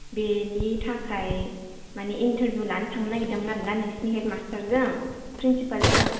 बेनि थाखाय माने इनथारबिउ लानो थांनो नागिरदों मोन आरोना नोंसोरनि हेद मासथारजों फ्रिनसिफाल जों